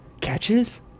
Catches